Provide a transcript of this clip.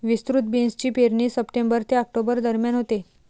विस्तृत बीन्सची पेरणी सप्टेंबर ते ऑक्टोबर दरम्यान होते